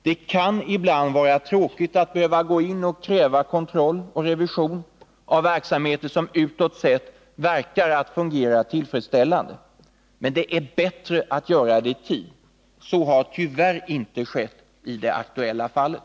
Det kan ibland vara tråkigt att behöva kräva kontroll och revision av verksamheter som utåt sett verkar fungera tillfredsställande. Men det är bättre att göra det i tid. Så har tyvärr inte skett i det aktuella fallet.